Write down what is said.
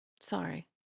Sorry